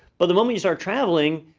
but the moment you start travelling,